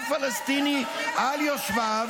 -- מגיעים לשרוף כפר פלסטיני על יושביו